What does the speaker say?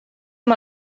amb